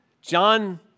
John